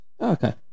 Okay